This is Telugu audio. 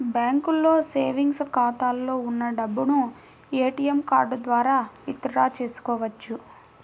బ్యాంకులో సేవెంగ్స్ ఖాతాలో ఉన్న డబ్బును ఏటీఎం కార్డు ద్వారా విత్ డ్రా చేసుకోవచ్చు